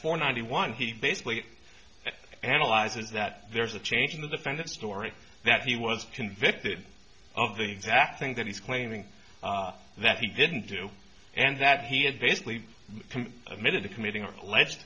for ninety one he basically analyzes that there's a change in the defendant's story that he was convicted of the exact thing that he's claiming that he didn't do and that he had basically admitted to committing are